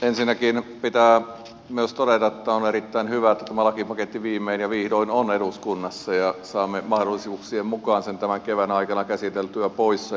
ensinnäkin pitää myös todeta että on erittäin hyvä että tämä lakipaketti viimein ja vihdoin on eduskunnassa ja saamme mahdollisuuksien mukaan sen tämän kevään aikana käsiteltyä pois